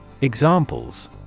Examples